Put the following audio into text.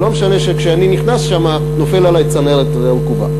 לא משנה שכשאני נכנס לשם נופלת עלי צנרת רקובה.